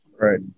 Right